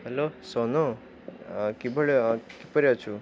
hello Sonu କିଭଳି କିପରି ଅଛୁ